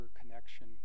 connection